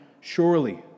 surely